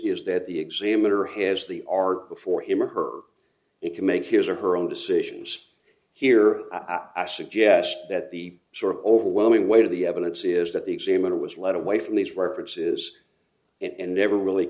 is that the examiner has the art before him or her it can make his or her own decisions here i suggest that the sort of overwhelming weight of the evidence is that the examiner was led away from these references and never really